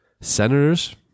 Senators